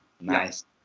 Nice